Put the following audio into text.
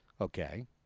Okay